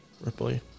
Ripley